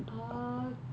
uh